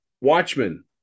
Watchmen